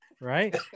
right